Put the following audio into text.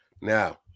Now